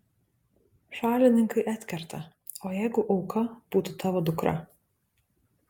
šalininkai atkerta o jeigu auka būtų tavo dukra